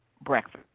breakfast